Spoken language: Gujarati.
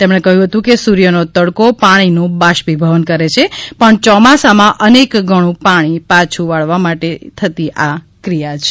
તેમણે કહ્ય હતું કે સુર્થનો તડકો પાણીનું બાષ્પીભવન કરે છે પણ ચોમાસામાં અનેક ગણ્ પાણી પાછ વાળવા માટે થતી આ ક્રિયા છે